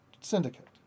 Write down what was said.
syndicate